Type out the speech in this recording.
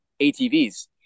ATVs